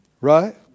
Right